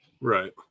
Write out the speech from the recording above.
Right